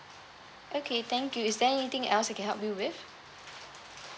okay thank you is there anything else I can help you with